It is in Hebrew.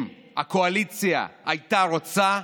אם הקואליציה הייתה רוצה,